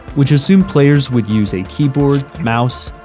which assumed players would use a keyboard, mouse,